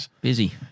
Busy